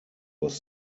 was